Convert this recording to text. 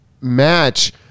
match